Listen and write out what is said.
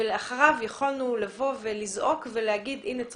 ואחריו יכולנו לבוא ולזעוק ולומר שהנה,